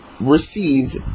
receive